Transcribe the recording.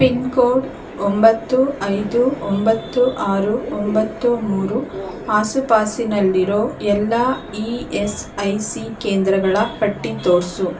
pin code ಒಂಬತ್ತು ಐದು ಒಂಬತ್ತು ಆರು ಒಂಬತ್ತು ಮೂರು ಆಸುಪಾಸಿನಲ್ಲಿರೋ ಎಲ್ಲ ಇ ಎಸ್ ಐ ಸಿ ಕೇಂದ್ರಗಳ ಪಟ್ಟಿ ತೋರಿಸು